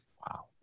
Wow